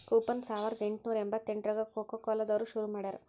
coupon ಸಾವರ್ದಾ ಎಂಟ್ನೂರಾ ಎಂಬತ್ತೆಂಟ್ರಾಗ ಕೊಕೊಕೊಲಾ ದವ್ರು ಶುರು ಮಾಡಿದ್ರು